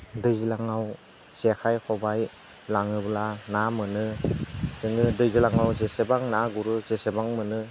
दैज्लाङाव जेखाइ खबाइ लाङोब्ला ना मोनो जोङो दैज्लाङाव जेसेबां ना गुरो एसेबां मोनो